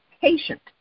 patient